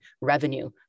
revenue